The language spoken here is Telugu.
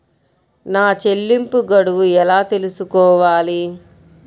నా చెల్లింపు గడువు ఎలా తెలుసుకోవాలి?